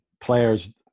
players